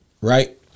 Right